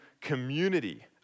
community